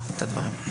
בבקשה.